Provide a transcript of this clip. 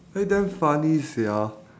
really damn funny sia